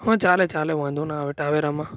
હા ચાલે ચાલે વાંધો ના આવે ટાવેરામાં